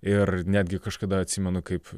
ir netgi kažkada atsimenu kaip